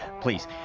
Please